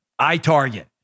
iTarget